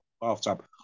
bathtub